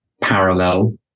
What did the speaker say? parallel